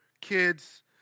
kids